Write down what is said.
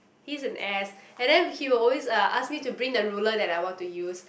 he's an ass and then he will always uh ask me to bring the ruler that I want to use